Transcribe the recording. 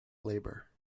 labour